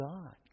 God